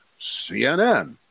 CNN